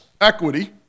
equity